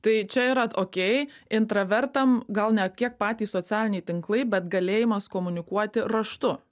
tai čia yra okey intravertam gal ne kiek patys socialiniai tinklai bet galėjimas komunikuoti raštu